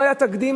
לא היה תקדים,